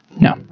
No